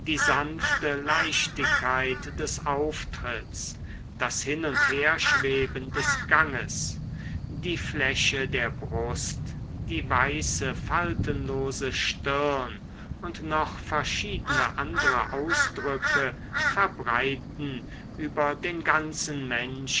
die sanfte leichtigkeit des auftritts das hin und herschweben des ganges die fläche der brust die weiße faltenlose stirn und noch verschiedene andere ausdrücke verbreiten über den ganzen menschen